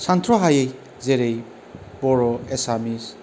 सानथ्र'हायै जेरै बर' एसामिस